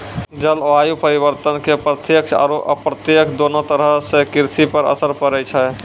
जलवायु परिवर्तन के प्रत्यक्ष आरो अप्रत्यक्ष दोनों तरह सॅ कृषि पर असर पड़ै छै